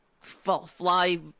fly